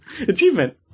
Achievement